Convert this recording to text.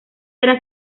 eran